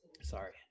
Sorry